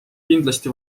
kindlasti